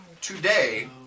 today